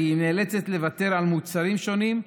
היא נאלצת לוותר על מוצרים שונים.